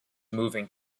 moving